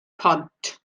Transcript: pont